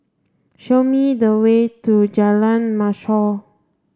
show me the way to Jalan Mashhor